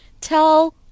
Tell